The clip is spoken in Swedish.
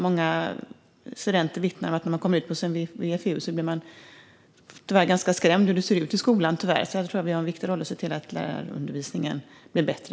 Många studenter vittnar om att när de kommer ut på sin VFU blir de tyvärr ganska skrämda av hur det ser ut i skolan. Här tror jag att vi har en viktig roll att se till att undervisningen för lärare blir bättre.